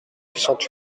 soixante